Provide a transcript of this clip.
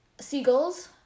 seagulls